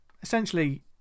Essentially